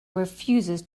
refuses